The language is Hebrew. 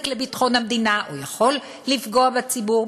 לביטחון המדינה או יכול לפגוע בציבור?